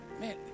man